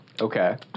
Okay